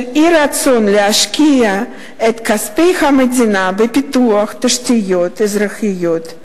של אי-רצון להשקיע את כספי המדינה בפיתוח תשתיות אזרחיות,